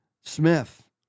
Smith